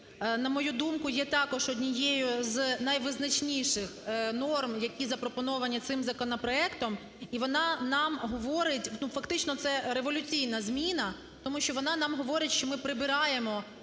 на мою думку, є також однією з найвизначніших норм, які запропоновані цим законопроектом. І вона нам говорить, ну, фактично це революційна зміна, тому що вона нам говорить, що ми прибираємо